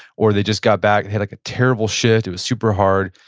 or they just got back and had like a terrible shift, it was super hard.